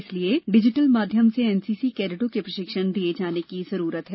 इसलिए डिजिटल माध्यम से एनसीसी कैडटों के प्रशिक्षण दिए जाने की जरूरत है